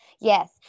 Yes